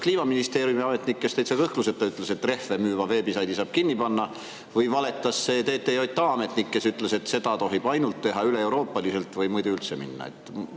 Kliimaministeeriumi ametnik, kes täitsa kõhkluseta ütles, et rehve müüva veebisaidi saab kinni panna, või valetas TTJA ametnik, kes ütles, et seda tohib teha ainult üleeuroopaliselt või muidu üldse [mitte]?